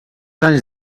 anys